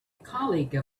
colleague